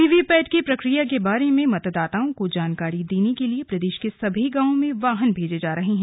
VVPAT की प्रक्रिया के बारे में मतदाताओं को जानकारी देने के लिए प्रदेश के सभी गांवों में वाहन भेजे जा रहे हैं